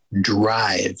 Drive